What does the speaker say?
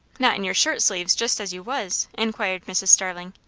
not in your shirt sleeves, just as you was? inquired mrs. starling.